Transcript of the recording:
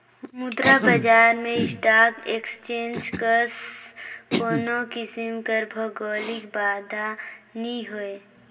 मुद्रा बजार में स्टाक एक्सचेंज कस कोनो किसिम कर भौगौलिक बांधा नी होए